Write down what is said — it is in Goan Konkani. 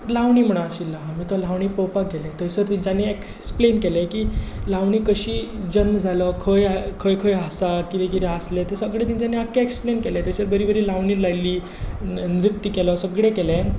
लावणी म्हूण आशिल्लो आमी तो लावणी पळोवपाक गेले थंयसर तांच्यानी एक्सप्लेन केलें की लावणी कशी जल्म जालो खंय खंय आसा कितें कितें आसलें तें सगळें तांच्यांनी आख्खे एक्सप्लेन केल्लें तशेंच बरी बरी लावणी लायिल्ली नृत्य केलो सगळें केलें